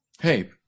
Hey